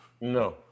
No